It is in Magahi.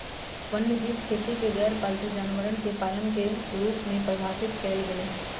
वन्यजीव खेती के गैरपालतू जानवरवन के पालन के रूप में परिभाषित कइल गैले है